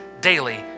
daily